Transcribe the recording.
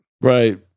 Right